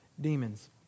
demons